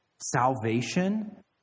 salvation